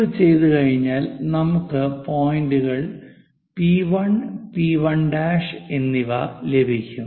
ഇത് ചെയ്തുകഴിഞ്ഞാൽ നമുക്ക് പോയിന്റുകൾ പി1 പി1' P1 P1' എന്നിവ ലഭിക്കും